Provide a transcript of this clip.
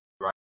Right